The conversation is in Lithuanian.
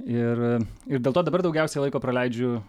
ir ir dėl to dabar daugiausiai laiko praleidžiu